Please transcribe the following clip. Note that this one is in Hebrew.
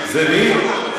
זה מי?